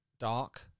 Dark